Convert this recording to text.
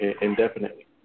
indefinitely